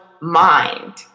mind